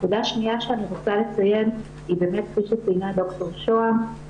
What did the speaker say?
נקודה שניה שאני רוצה לציין היא באמת כפי שציינה ד"ר שהם,